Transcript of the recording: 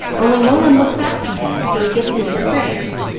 only no one looks after him so he gets into scrapes,